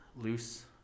loose